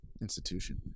institution